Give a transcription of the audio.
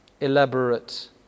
elaborate